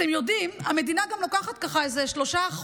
אתם יודעים, המדינה גם לוקחת ככה איזה 3%,